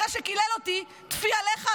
אחרי שקילל אותי: טפי עליך,